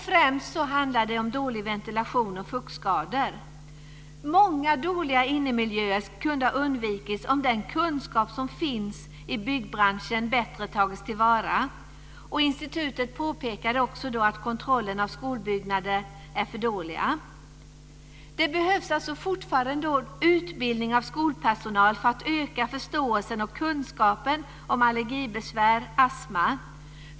Främst handlar det om dålig ventilation och fuktskador. Många dåliga innemiljöer kunde ha undvikits om den kunskap som finns i byggbranschen bättre tagits till vara. Institutet påpekar också att kontrollen av skolbyggnader är för dålig. Det behövs fortfarande utbildning av skolpersonal för att öka förståelsen för och kunskapen om allergibesvär och astma.